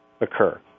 occur